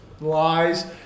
Lies